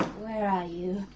where are you?